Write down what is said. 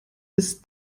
bis